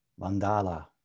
mandala